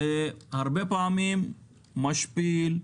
זה הרבה פעמים משפיל,